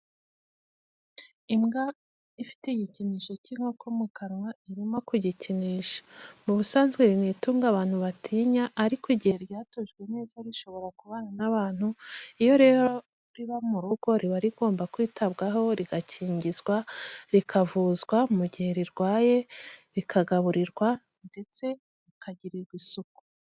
Imbwa ifite igikinisho cy'inkoko mu kanwa irimo kugikinisha ,mu busanzwe iri ni itungo abantu batinya, ariko igihe ryatojwe neza rishobora kubana n'abantu iyo rero riba mu rugo riba rigomba kwitabwaho rigakingizwa rikavuzwa mu gihe rirwaye rikagaburirwa ndetse rikagirirwa isuku.